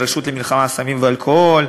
ברשות למלחמה בסמים ואלכוהול,